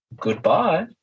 Goodbye